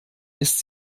ist